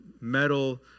metal